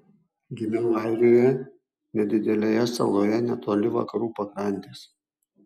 gimiau airijoje nedidelėje saloje netoli vakarų pakrantės